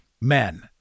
men